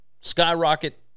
skyrocket